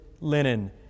linen